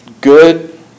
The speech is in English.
good